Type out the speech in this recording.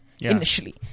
initially